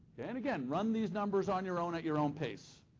yeah and again run these numbers on your own at your own pace.